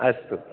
अस्तु